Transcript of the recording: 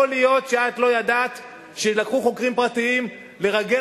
יכול להיות שאת לא ידעת שלקחו חוקרים פרטיים לרגל